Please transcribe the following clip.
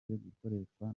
gukoreshwa